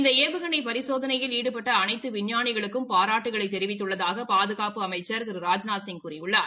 இந்த ஏவுகனை பரிசோதனையில் ஈடுபட்ட அனைத்த விஞ்ஞானிகளுக்கும் பாராட்டுக்களைத் தெரிவித்துள்ளதாக பாதுகாப்பு அமைச்சர் திரு ராஜ்நாத்சிங் கூறியுள்ளார்